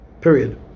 Period